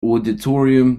auditorium